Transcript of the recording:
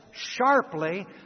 sharply